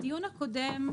בדיון הקודם,